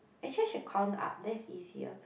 actually i should count up then that's easier